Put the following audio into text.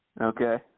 Okay